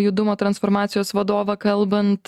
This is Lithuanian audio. judumo transformacijos vadovą kalbant